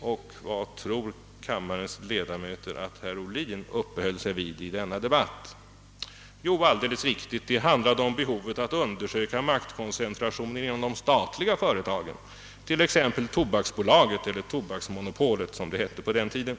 och vad tror kammarledamöterna att herr Ohlin uppehöll sig vid i denna debatt? Alldeles riktigt! Det handlade om behovet av att undersöka maktkoncentrationen inom de statliga företagen, t.ex. tobaksmonopolet, som det hette på den tiden.